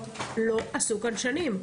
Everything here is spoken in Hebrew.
לא עשו כאן שנים.